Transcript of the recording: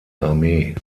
armee